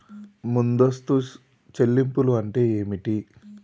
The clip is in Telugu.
ముందస్తు చెల్లింపులు అంటే ఏమిటి?